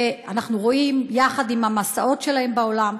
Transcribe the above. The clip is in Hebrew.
ואנחנו רואים, יחד עם המסעות שלהם בעולם.